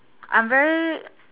I'm very